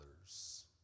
others